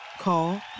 Call